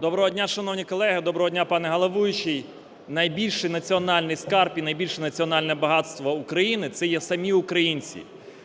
Доброго дня, шановні колеги! Доброго дня, пане головуючий! Найбільший національний скарб і найбільше національне багатство України – це є самі українці.